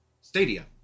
Stadia